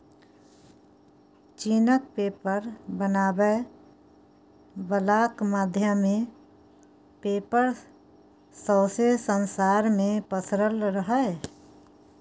चीनक पेपर बनाबै बलाक माध्यमे पेपर सौंसे संसार मे पसरल रहय